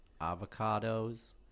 avocados